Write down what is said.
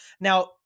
Now